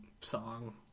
song